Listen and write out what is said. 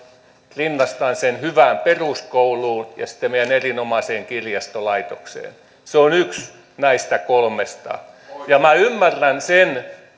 rinnastan yleisradion hyvään peruskouluun ja meidän erinomaiseen kirjastolaitokseen se on yksi näistä kolmesta minä ymmärrän sen